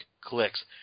clicks